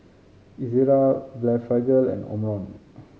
Ezerra Blephagel and Omron